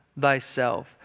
thyself